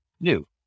New